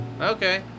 Okay